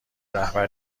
رهبر